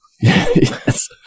Yes